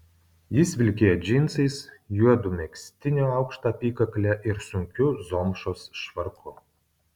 jis vilkėjo džinsais juodu megztiniu aukšta apykakle ir sunkiu zomšos švarku